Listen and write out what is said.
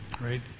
Right